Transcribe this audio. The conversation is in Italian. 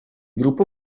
gruppo